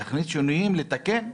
להכניס שינויים ולתקן?